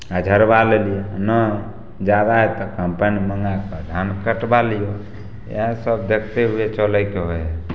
आओर झड़बा लेली आओर नहि जादा हइ तऽ कम्बाइन मँगाके धान कटबा लिअ इएह सब देखते हुए चलयके होइ हइ